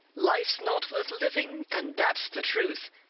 life's not worth living, and that's the truth,